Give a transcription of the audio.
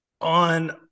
on